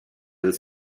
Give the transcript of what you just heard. this